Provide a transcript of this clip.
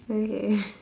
okay